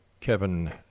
Kevin